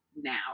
now